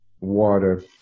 water